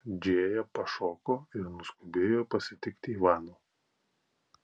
džėja pašoko ir nuskubėjo pasitikti ivano